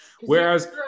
whereas